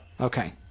Okay